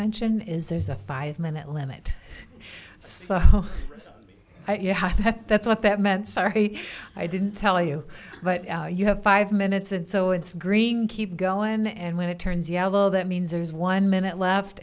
mention is there's a five minute limit so yeah that's what that meant sorry i didn't tell you but you have five minutes and so it's green keep going and when it turns yellow that means there's one minute left